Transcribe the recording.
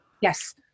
Yes